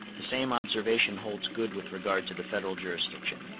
the same observation holds good with regard to the federal jurisdiction.